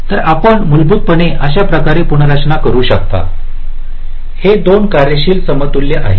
तर आपण मूलभूतपणे अशा प्रकारे पुनर्रचना करू शकता हे 2 कार्यशील समतुल्य आहेत